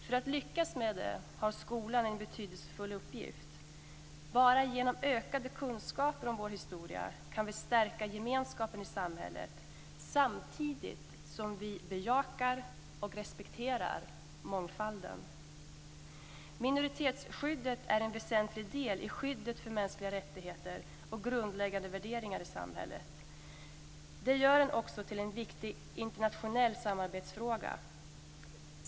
För att lyckas med det har skolan en betydelsefull uppgift. Bara genom ökade kunskaper om vår historia kan vi stärka gemenskapen i samhället samtidigt som vi bejakar och respekterar mångfalden. Minoritetsskyddet är en väsentlig del i skyddet för mänskliga rättigheter och grundläggande värderingar i samhället. Det gör det också till en viktig internationell samarbetsfråga.